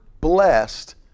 blessed